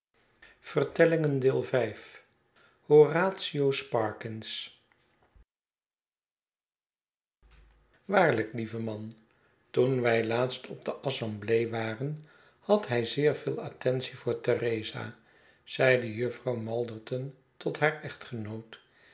horatio sparkins waarlijk lieve man toen wij laatst op de assemblee waren had hij zeer veel attentie voor theresa zeide jufvrouw malderton tot haar echtgenoot